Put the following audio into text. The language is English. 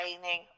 training